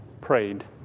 prayed